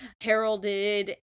heralded